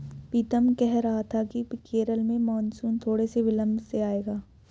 पीतम कह रहा था कि केरल में मॉनसून थोड़े से विलंब से आएगा